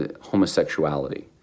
homosexuality